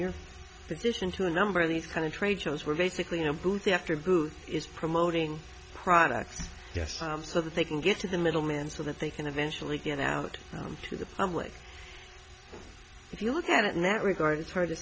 your position to a number of these kind of trade shows we're basically in a booth after booth is promoting products yes so that they can get to the middleman so that they can eventually get out to the public if you look at it in that regard it's hard to